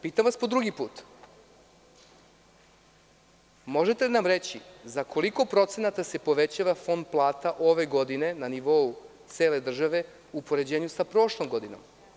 Pitam vas po drugi put da li nam možete reći za koliko procenata se povećava fond plata ove godine na nivou cele države u poređenju sa prošlom godinom?